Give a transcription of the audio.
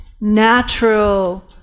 natural